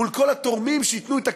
מול כל התורמים שייתנו את הכסף,